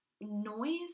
noise